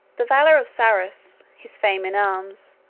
the valor of sarus, his fame in arms,